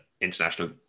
international